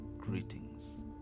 greetings